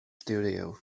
studio